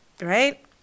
right